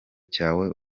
cyawe